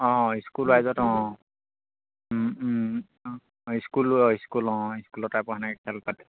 অঁ স্কুল ৱাইজত অঁ অ স্কুল অঁ স্কুল অঁ স্কুলতে